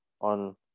on